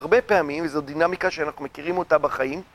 הרבה פעמים, וזו דינמיקה שאנחנו מכירים אותה בחיים